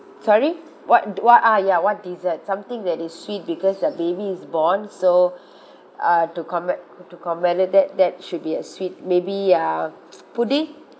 sorry what what ah ya what dessert something that is sweet because the baby is born so uh to comme~ to commemorate that should be a sweet maybe uh pudding